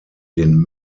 den